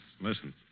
Listen